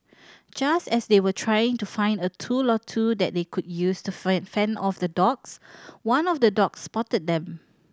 just as they were trying to find a tool or two that they could use to friend fend off the dogs one of the dogs spotted them